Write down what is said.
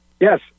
Yes